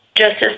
Justice